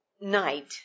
night